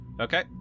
Okay